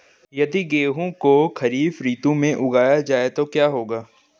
यदि गेहूँ को खरीफ ऋतु में उगाया जाए तो क्या होगा?